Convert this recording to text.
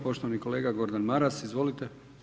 Poštovani kolega Gordan Maras, izvolite.